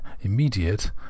immediate